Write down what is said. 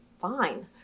fine